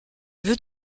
veux